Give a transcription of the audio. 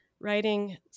writing